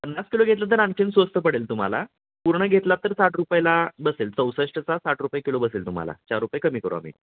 पन्नास किलो घेतलं तर आणखी स्वस्त पडेल तुम्हाला पूर्ण घेतला तर साठ रुपयला बसेल चौसष्टचा साठ रुपये किलो बसेल तुम्हाला चार रुपये कमी करू आम्ही